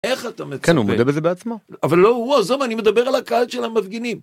כן, הוא כותב את זה בעצמו. אבל לא הוא, עוזב, אני מדבר על הקהל של המפגינים.